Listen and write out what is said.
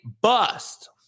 bust